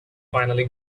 finally